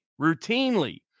routinely